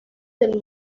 del